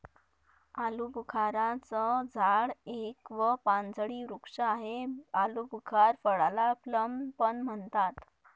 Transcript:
आलूबुखारा चं झाड एक व पानझडी वृक्ष आहे, आलुबुखार फळाला प्लम पण म्हणतात